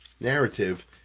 narrative